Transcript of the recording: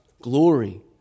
glory